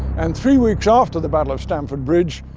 and three weeks after the battle of stamford bridge,